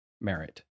merit